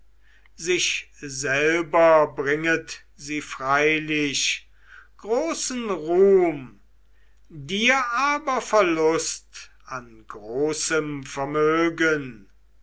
sich selber bringet sie freilich großen ruhm dir aber verlust an großem vermögen